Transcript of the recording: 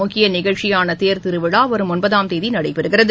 முக்கிய நிகழ்ச்சியான தேர்திருவிழா வரும் ஒன்பதாம் தேதி நடைபெறுகிறது